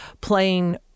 playing